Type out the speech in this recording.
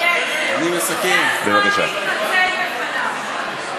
זה הזמן להתנצל בפניו.